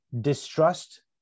distrust